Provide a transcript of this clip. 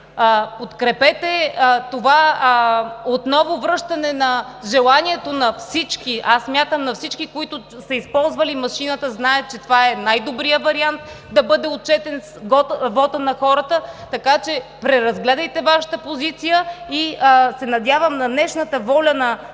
Подкрепете това връщане отново на желанието на всички, а аз смятам – на всички, които са използвали машината, защото те знаят, че това е най-добрият вариант да бъде отчетен вотът на хората, така че преразгледайте Вашата позиция. Надявам се на днешната воля на